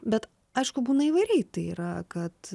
bet aišku būna įvairiai tai yra kad